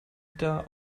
band